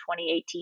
2018